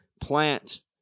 plant